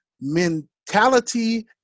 mentality